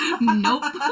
Nope